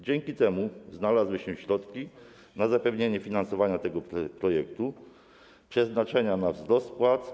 Dzięki temu znalazły się środki na zapewnienie finansowania tego projektu, przeznaczone na wzrost płac.